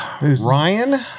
Ryan